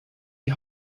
die